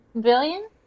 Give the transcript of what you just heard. billion